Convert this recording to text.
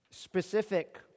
Specific